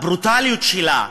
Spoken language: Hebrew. הברוטליות שלה.